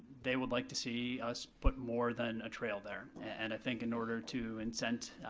they would like to see us put more than a trail there. and i think in order to incent,